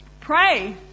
Pray